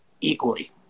equally